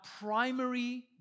primary